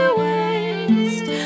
waste